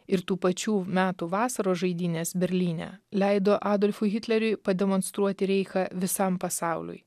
ir tų pačių metų vasaros žaidynės berlyne leido adolfui hitleriui pademonstruoti reichą visam pasauliui